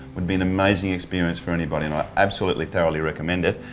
would be an amazing experience for anybody and i absolutely thoroughly recommend it.